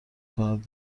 کند